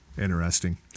interesting